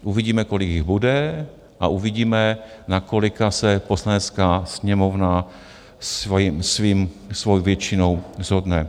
Uvidíme, kolik jich bude a uvidíme, na kolika se Poslanecká sněmovna svojí většinou shodne.